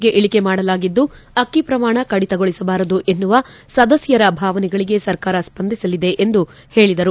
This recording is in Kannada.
ಗೆ ಇಳಕೆ ಮಾಡಲಾಗಿದ್ದು ಅಕ್ಕಿ ಪ್ರಮಾಣ ಕಡಿತಗೊಳಿಸಬಾರದು ಎನ್ನುವ ಸದಸ್ಥರ ಭಾವನೆಗಳಗೆ ಸರ್ಕಾರ ಸ್ಪಂದಿಸಲಿದೆ ಎಂದು ಹೇಳಿದರು